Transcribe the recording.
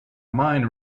mind